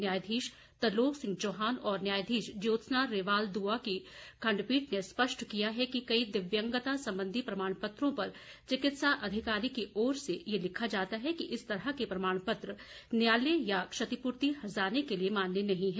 न्यायाधीश तरलोक सिंह चौहान व न्यायाधीश ज्योत्सना रिवाल दुआ की खंडपीठ ने स्पष्ट किया है कि कई दिव्यांगता संबंधी प्रमाणपत्रों पर चिकित्सा अधिकारी की ओर से ये लिखा जाता है कि इस तरह के प्रमाणपत्र न्यायालय या क्षतिपूर्ति हर्जाने के लिए मान्य नहीं है